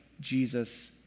Jesus